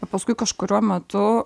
o paskui kažkuriuo metu